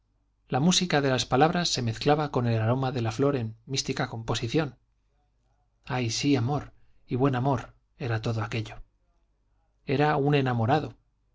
la música de las palabras se mezclaba con el aroma de la flor en mística composición ay sí amor y buen amor era todo aquello era un enamorado